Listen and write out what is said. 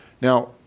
Now